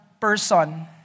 person